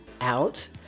out